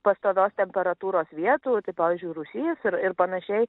pastovios temperatūros vietų pavyzdžiui rūsys ir ir pan